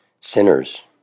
sinners